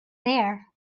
there